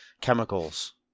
chemicals